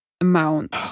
amount